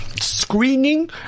screening